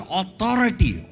authority